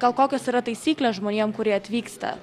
gal kokios yra taisyklės žmonėm kurie atvyksta